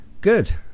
Good